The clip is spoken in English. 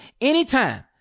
anytime